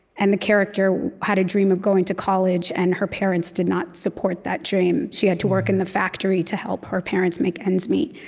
and the character had a dream of going to college, and her parents did not support that dream. she had to work in the factory to help her parents make ends meet.